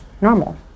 normal